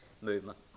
movement